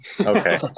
Okay